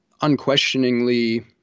unquestioningly